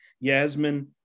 Yasmin